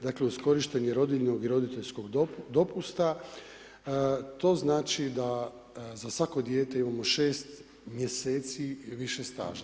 Dakle, uz korištenje rodiljnog i roditeljskog dopusta, to znači da za svako dijete imamo 6 mjeseci i više staža.